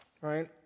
Right